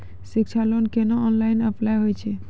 शिक्षा लोन केना online apply होय छै?